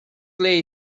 lay